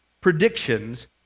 predictions